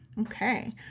okay